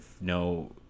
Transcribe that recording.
no